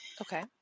Okay